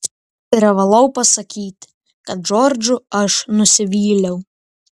privalau pasakyti kad džordžu aš nusivyliau